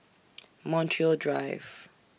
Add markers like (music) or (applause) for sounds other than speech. (noise) Montreal Drive